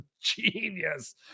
genius